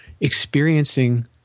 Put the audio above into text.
experiencing